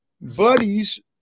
buddies